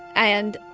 and,